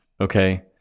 okay